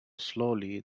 slowly